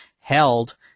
held